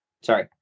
Sorry